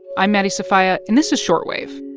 i'm maddie sofia, and this is short wave,